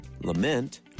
lament